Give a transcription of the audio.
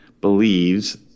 believes